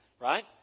right